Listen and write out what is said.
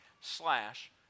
slash